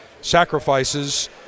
sacrifices